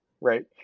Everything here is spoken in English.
right